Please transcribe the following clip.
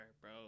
bro